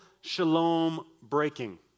shalom-breaking